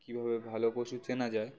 কীভাবে ভালো পশু চেনা যায়